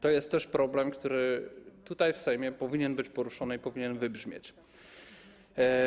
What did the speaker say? To jest też problem, który tutaj w Sejmie powinien być poruszony i powinien wybrzmieć.